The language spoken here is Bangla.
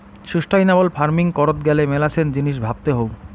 সুস্টাইনাবল ফার্মিং করত গ্যালে মেলাছেন জিনিস ভাবতে হউ